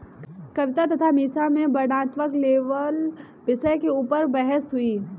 कविता तथा मीसा में वर्णनात्मक लेबल विषय के ऊपर बहस हुई